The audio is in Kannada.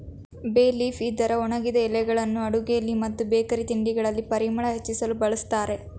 ಬೇ ಲೀಫ್ ಇದರ ಒಣಗಿದ ಎಲೆಗಳನ್ನು ಅಡುಗೆಯಲ್ಲಿ ಮತ್ತು ಬೇಕರಿ ತಿಂಡಿಗಳಲ್ಲಿ ಪರಿಮಳ ಹೆಚ್ಚಿಸಲು ಬಳ್ಸತ್ತರೆ